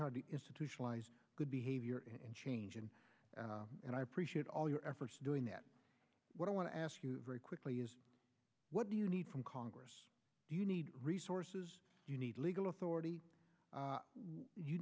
hard to institutionalize good behavior and change and and i appreciate all your efforts doing that what i want to ask you very quickly is what do you need from congress do you need resources you need legal authority